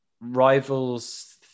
Rivals